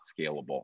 scalable